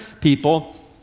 people